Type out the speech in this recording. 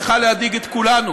צריכה להדאיג את כולנו.